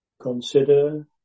Consider